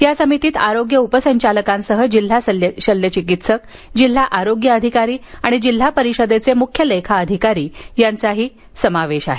या समितीत आरोग्य उपसंचालकांसह जिल्हा शल्य चिकित्सक जिल्हा आरोग्य अधिकारी आणि जिल्हा परिषदेचे मुख्य लेखा अधिकारी यांचाही समावेश आहे